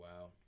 wow